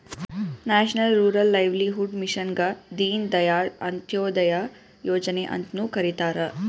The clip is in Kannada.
ನ್ಯಾಷನಲ್ ರೂರಲ್ ಲೈವ್ಲಿಹುಡ್ ಮಿಷನ್ಗ ದೀನ್ ದಯಾಳ್ ಅಂತ್ಯೋದಯ ಯೋಜನೆ ಅಂತ್ನು ಕರಿತಾರ